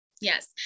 yes